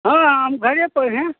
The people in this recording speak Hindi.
हाँ हम घरे पर हैं